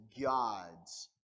God's